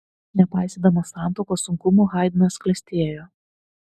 nepaisydamas santuokos sunkumų haidnas klestėjo